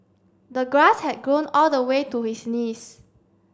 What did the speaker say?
the grass had grown all the way to his knees